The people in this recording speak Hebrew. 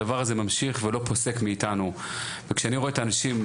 הדבר הזה ממשיך ולא פוסק מאיתנו וכשאני רואה את האנשים,